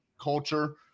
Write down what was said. culture